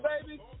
baby